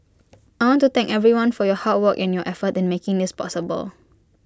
I want to thank everyone for your hard work and your effort in making this possible